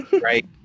Right